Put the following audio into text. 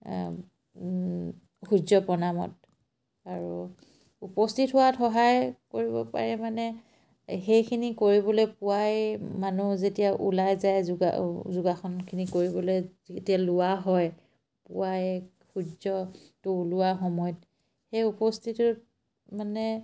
সূৰ্য প্ৰণামত আৰু উপস্থিত হোৱাত সহায় কৰিব পাৰে মানে সেইখিনি কৰিবলৈ পুৱাই মানুহ যেতিয়া ওলাই যায় যোগা যোগাসনখিনি কৰিবলে যেতিয়া লোৱা হয় পুৱাই সূৰ্যটো ওলোৱা সময়ত সেই উপস্থিতি মানে